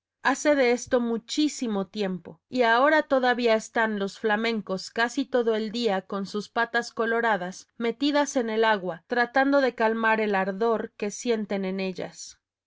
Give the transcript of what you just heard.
hace de esto muchísimo tiempo y ahora todavía están los flamencos casi todo el día con sus patas coloradas metidas en el agua tratando de calmar el ardor que sienten en ellas